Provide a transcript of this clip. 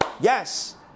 Yes